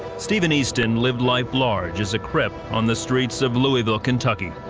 stephen easton lived life large as a crip on the streets of louisville, kentucky,